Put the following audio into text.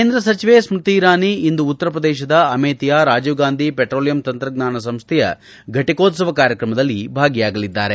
ಕೇಂದ್ರ ಸಚಿವೆ ಸ್ಮತಿ ಇರಾನಿ ಇಂದು ಉತ್ತರ ಪ್ರದೇಶದ ಅಮೇಥಿಯ ರಾಜೀವ್ ಗಾಂಧಿ ಪೆಟ್ರೋಲಿಯಂ ತಂತ್ರಜ್ಞಾನ ಸಂಸೈಯ ಫಟಿಕೋತ್ಸವ ಕಾರ್ಯಕ್ರಮದಲ್ಲಿ ಭಾಗಿಯಾಗಲಿದ್ದಾರೆ